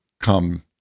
come